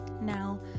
Now